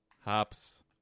hops